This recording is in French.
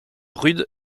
rude